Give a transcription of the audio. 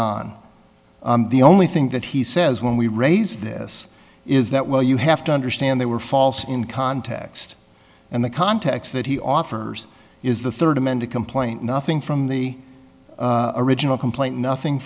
on the only thing that he says when we raise this is that while you have to understand they were false in context and the context that he offers is the third amended complaint nothing from the original complaint nothing